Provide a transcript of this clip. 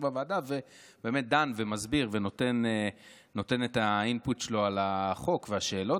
בוועדה ודן ומסביר ונותן את ה-input שלו על החוק והשאלות.